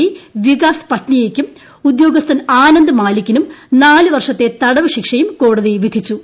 D Vikas പട്ട്നിയ്ക്കും ഉദ്യോഗസ്ഥൻ ആനന്ദ് മാലിക്കിനും നാല് വർഷത്തെ തടവ് ശിക്ഷയും കോടതി വിധിച്ചു